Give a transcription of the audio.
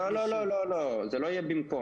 לא, זה לא יהיה במקום.